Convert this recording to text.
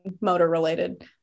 motor-related